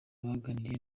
baganiriye